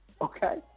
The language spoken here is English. Okay